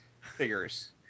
figures